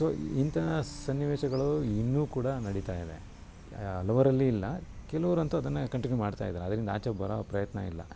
ಇಂಥ ಸನ್ನಿವೇಶಗಳು ಇನ್ನೂ ಕೂಡ ನಡಿತಾಯಿದೆ ಹಲವರಲ್ಲಿ ಇಲ್ಲ ಕೆಲವ್ರು ಅಂತೂ ಅದನ್ನು ಕಂಟಿನ್ಯು ಮಾಡ್ತಾಯಿದ್ದಾರೆ ಅದ್ರಿಂದ ಆಚೆ ಬರೋ ಪ್ರಯತ್ನ ಇಲ್ಲ